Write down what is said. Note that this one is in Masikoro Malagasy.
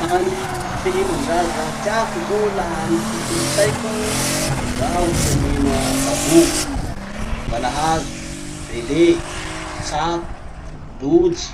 Hany fihinan-draza tiako zao laha amy ty kolotsaiko, zaho tia mihina babo, balahazo, bele, tsako, lojy.